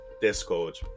Discord